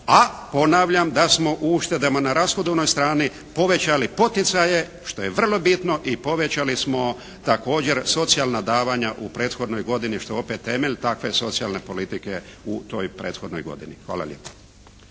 A ponavljam da smo uštedama na rashodovnoj strani povećali poticaje što je vrlo bitno i povećali smo također socijalna davanja u prethodnoj godini, što je opet temelj takve socijalne politike u toj prethodnoj godini. Hvala lijepa.